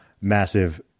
massive